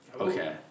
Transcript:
Okay